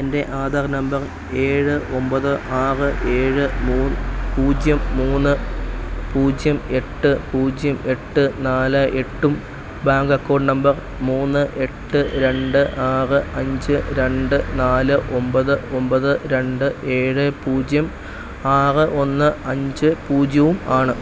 എൻ്റെ ആധാർ നമ്പർ ഏഴ് ഒമ്പത് ആറ് ഏഴ് പൂജ്യം മൂന്ന് പൂജ്യം എട്ട് പൂജ്യം എട്ട് നാല് എട്ടും ബാങ്ക് അക്കൗണ്ട് നമ്പർ മൂന്ന് എട്ട് രണ്ട് ആറ് അഞ്ച് രണ്ട് നാല് ഒമ്പത് ഒമ്പത് രണ്ട് ഏഴ് പൂജ്യം ആറ് ഒന്ന് അഞ്ച് പൂജ്യവും ആണ്